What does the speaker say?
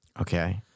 Okay